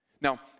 Now